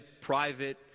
private